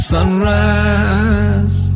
Sunrise